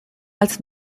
als